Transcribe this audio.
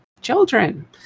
children